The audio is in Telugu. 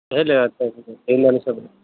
ఏ లేదు అట్లేం లేదు దేని దానికి సపరేట్